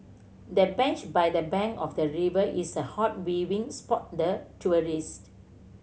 the bench by the bank of the river is a hot viewing spot the tourist